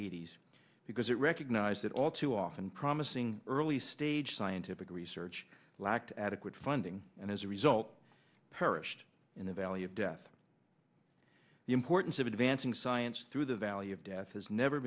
eighty s because it recognized that all too often promising early stage scientific research lacked adequate funding and as a result perished in the valley of death the importance of advancing science through the valley of death has never